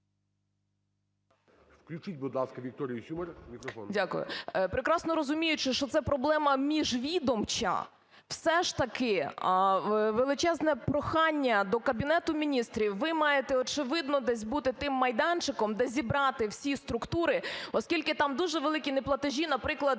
Включіть, будь ласка, ВікторіїСюмар мікрофон. 10:36:50 СЮМАР В.П. Дякую. Прекрасно розуміючи, що це проблема міжвідомча, все ж таки величезне прохання до Кабінету Міністрів, ви маєте, очевидно, десь бути тим майданчиком, де зібрати всі структури, оскільки там дуже великі неплатежі, наприклад